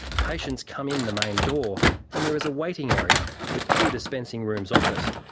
patients come in the main door and there is a waiting area with two dispensing rooms off it.